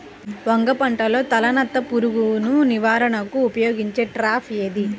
వంగ పంటలో తలనత్త పురుగు నివారణకు ఉపయోగించే ట్రాప్ ఏది?